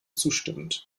zustimmend